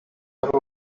ari